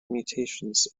mutations